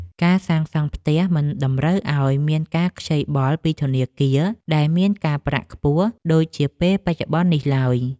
ការសាងសង់ផ្ទះមិនតម្រូវឱ្យមានការខ្ចីបុលពីធនាគារដែលមានការប្រាក់ខ្ពស់ដូចជាពេលបច្ចុប្បន្ននេះឡើយ។